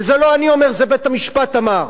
וזה לא אני אומר, זה בית-המשפט אמר.